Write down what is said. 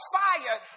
fire